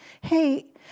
hey